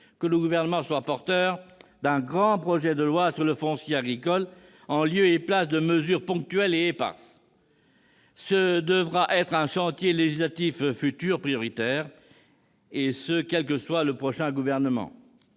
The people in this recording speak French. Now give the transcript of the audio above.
que le Gouvernement soit porteur d'un grand projet de loi sur le foncier agricole, en lieu et place de mesures ponctuelles et éparses. Cela devra être un chantier législatif prioritaire, quel que soit le prochain Gouvernement.